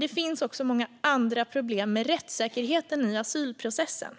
Det finns många andra problem med rättssäkerheten i asylprocessen.